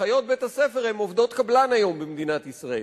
אחיות בית-הספר היום הן עובדות קבלן במדינת ישראל.